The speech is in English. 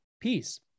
peace